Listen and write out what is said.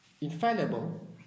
infallible